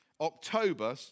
October